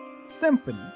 Symphony